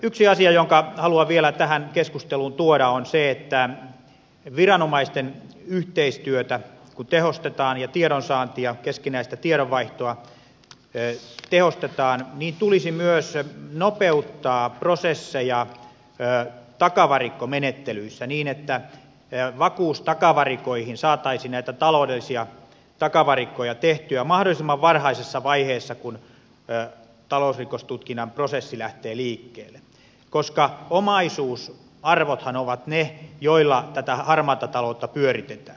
yksi asia jonka haluan vielä tähän keskusteluun tuoda on se että kun viranomaisten yhteistyötä tehostetaan ja tiedonsaantia keskinäistä tiedonvaihtoa tehostetaan tulisi myös nopeuttaa prosesseja takavarikkomenettelyissä niin että vakuustakavarikoihin saataisiin näitä taloudellisia takavarikkoja tehtyä mahdollisimman varhaisessa vaiheessa kun talousrikostutkinnan prosessi lähtee liikkeelle koska omaisuusarvothan ovat ne joilla tätä harmaata taloutta pyöritetään